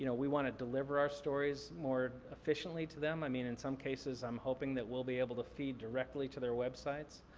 you know we want to deliver our stories more efficiently to them. i mean, in some cases, i'm hoping that we'll be able to feed directly to their websites.